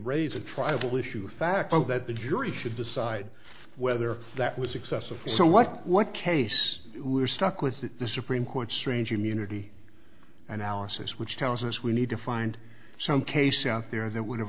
a tribal issue facto that the jury should decide whether that was excessive so what what case we're stuck with that the supreme court strange immunity analysis which tells us we need to find some case out there that would